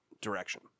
direction